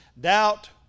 Doubt